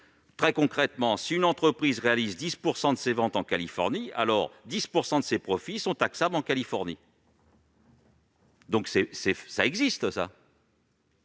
Très concrètement, si une entreprise réalise 10 % de ses ventes en Californie, 10 % de ses profits sont taxables en Californie. Donc, cela existe !